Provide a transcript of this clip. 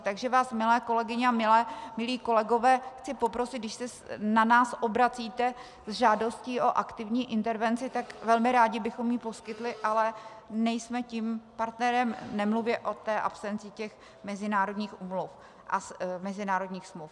Takže vás, milé kolegyně a milí kolegové, chci poprosit, když se na nás obracíte s žádostí o aktivní intervenci, tak velmi rádi bychom ji poskytli, ale nejsme tím partnerem, nemluvě o té absenci mezinárodních úmluv a mezinárodních smluv.